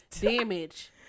damage